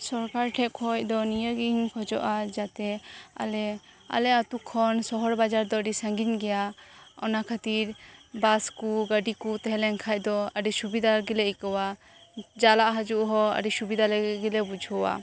ᱥᱚᱨᱠᱟᱨ ᱴᱷᱮᱱ ᱠᱷᱚᱱ ᱫᱚ ᱱᱤᱭᱟᱹ ᱜᱮᱧ ᱠᱷᱚᱡᱚᱜᱼᱟ ᱡᱟᱛᱮ ᱟᱞᱮ ᱟᱹᱛᱩ ᱠᱷᱚᱱ ᱥᱚᱦᱚᱨ ᱵᱟᱡᱟᱨ ᱫᱚ ᱟᱹᱰᱤ ᱥᱟᱸᱜᱤᱧ ᱜᱮᱭᱟ ᱚᱱᱟ ᱠᱷᱟᱹᱛᱤᱨ ᱵᱟᱥ ᱠᱚ ᱜᱟᱹᱰᱤ ᱠᱚ ᱛᱟᱦᱮᱸ ᱞᱮᱱ ᱠᱷᱟᱱ ᱫᱚ ᱟᱹᱰᱤ ᱥᱩᱵᱤᱫᱷᱟ ᱜᱮᱞᱮ ᱟᱹᱭᱠᱟᱣᱟ ᱪᱟᱞᱟᱜ ᱦᱤᱡᱩᱜ ᱦᱚᱸ ᱟᱹᱰᱤ ᱥᱩᱵᱤᱫᱟ ᱜᱮᱞᱮ ᱵᱩᱡᱷᱟᱹᱣᱟ